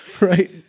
right